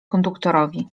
konduktorowi